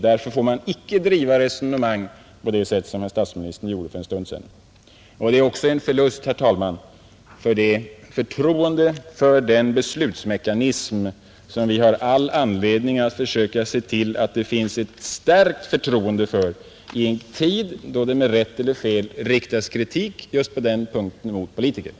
Därför får man icke driva resonemanget på det sätt som statsministern gjorde för en stund sedan, Det är också en förlust, herr talman, för förtroendet för den beslutsmekanism som vi bör försöka upprätthålla ett starkt förtroende för i en tid då det med rätt eller fel riktas kritik just på den punkten mot politikerna.